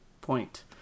point